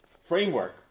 framework